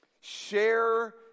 Share